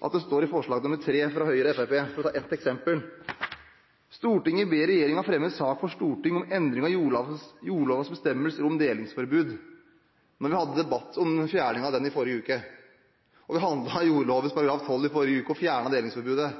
det som står i forslag nr. 3 fra Høyre og Fremskrittspartiet – jeg skal ta ett eksempel: «Stortinget ber regjeringen fremme sak for Stortinget om endring av jordlovens bestemmelser om delingsforbud.» Vi hadde en debatt om fjerning av den i forrige uke, der vi behandlet jordloven § 12 og fjernet delingsforbudet.